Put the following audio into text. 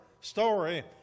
story